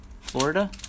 Florida